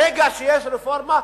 ברגע שיש רפורמה,